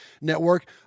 Network